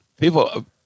people